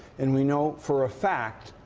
and we know for a fact,